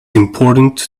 important